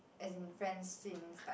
as in friends since like